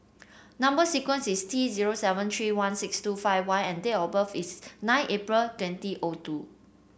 number sequence is T zero seven three one six two five Y and date of birth is nine April twenty O two